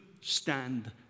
stand